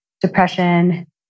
Depression